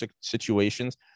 situations